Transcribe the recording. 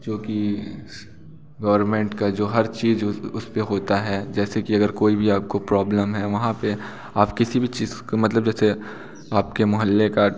जो कि गोवर्मेंट की जो हर चीज़ उस उस पर होती है जैसे कि कोई भी अगर आप को प्रॉबलम है वहाँ पर आप किसी भी चीज़ का मतलब जैसे आप के मोहल्ले का